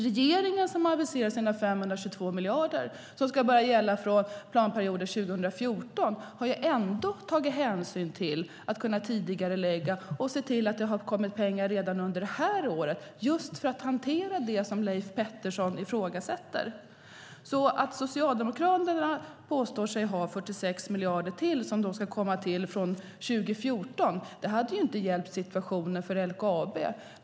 Regeringen, som har aviserat sina 522 miljarder som ska börja gälla 2014, nästa planperiod, har ändå tagit hänsyn till att kunna tidigarelägga och sett till att det har kommit pengar redan under detta år, just för att hantera det som Leif Pettersson ifrågasätter. Att Socialdemokraterna påstår sig ha 46 miljarder som ska komma till från 2014 hade inte hjälpt situationen för LKAB.